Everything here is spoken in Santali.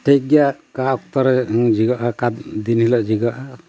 ᱴᱷᱤᱠ ᱜᱮᱭᱟ ᱚᱠᱟ ᱚᱠᱛᱚ ᱨᱮ ᱡᱷᱤᱡᱚᱜᱼᱟ ᱚᱠᱟ ᱫᱤᱱ ᱦᱤᱞᱳᱜ ᱡᱷᱤᱜᱚᱜᱼᱟ